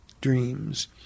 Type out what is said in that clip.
dreams